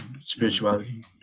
spirituality